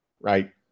right